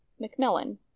Macmillan